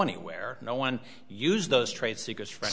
anywhere no one used those trade secrets f